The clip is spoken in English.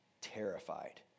terrified